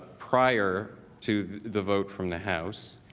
prior to the vote from the house.